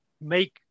make